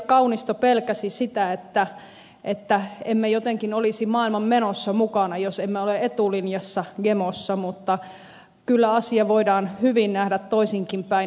kaunisto pelkäsi sitä että emme jotenkin olisi maailmanmenossa mukana jos emme ole etulinjassa gmossa mutta kyllä asia voidaan hyvin nähdä toisinkin päin